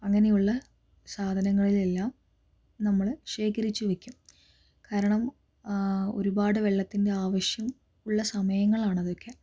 അങ്ങനെയുള്ള സാധനങ്ങളിലെല്ലാം നമ്മള് ശേഖരിച്ചു വയ്ക്കും കാരണം ഒരുപാട് വെള്ളത്തിൻ്റെ ആവശ്യം ഉള്ള സമയങ്ങളാണ് അതൊക്കെ